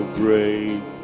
great